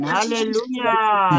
Hallelujah